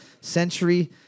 century